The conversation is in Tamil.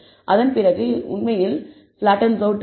அதன் பிறகு எரர் உண்மையில் பிளாட்டன்ஸ் அவுட் ஆகும்